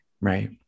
Right